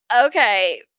Okay